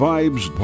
Vibes